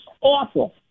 Awful